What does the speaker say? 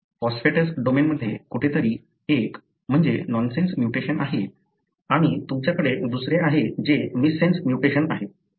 phosphatase डोमेनमध्ये कुठेतरी एक म्हणजे नॉनसेन्स म्युटेशन आहे आणि तुमच्याकडे दुसरे आहे जे मिससेन्स म्युटेशन आहे